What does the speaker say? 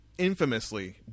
infamously